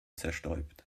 zerstäubt